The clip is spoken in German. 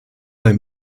bei